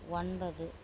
ஒன்பது